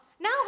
now